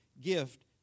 gift